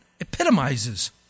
epitomizes